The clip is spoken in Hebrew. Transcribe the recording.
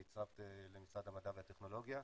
שהצטרפת למשרד המדע והטכנולוגיה.